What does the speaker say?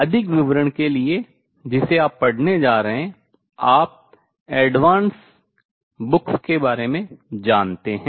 अधिक विवरण के लिए जिसे आप पढ़ने जा रहे हैं आप उन्नत पुस्तकों के बारे में जानते हैं